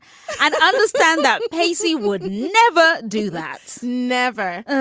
and understand that pacey would never do that. never.